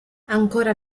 ancora